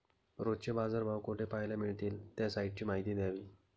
रोजचे बाजारभाव कोठे पहायला मिळतील? त्या साईटची माहिती द्यावी